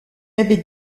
avait